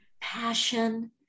passion